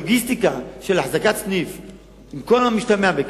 לוגיסטיקה של אחזקת סניף על כל המשתמע מכך,